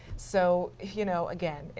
so, you know, again,